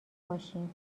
باشین